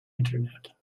internet